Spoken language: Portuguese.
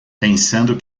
pensando